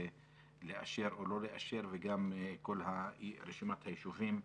לאשר או לא לאשר את כל רשימת היישובים.